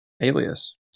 alias